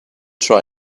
try